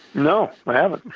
no, i haven't.